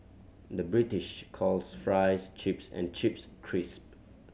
the British calls fries chips and chips crisp